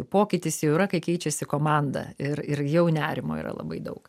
pokytis jau yra kai keičiasi komanda ir ir jau nerimo yra labai daug